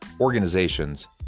organizations